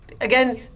again